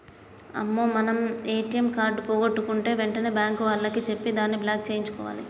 అమ్మో మనం మన ఏటీఎం కార్డు పోగొట్టుకుంటే వెంటనే బ్యాంకు వాళ్లకి చెప్పి దాన్ని బ్లాక్ సేయించుకోవాలి